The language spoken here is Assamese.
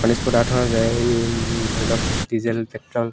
খনিজ পদাৰ্থ ধৰি লওক ডিজেল পেট্ৰ'ল